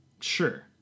sure